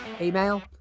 email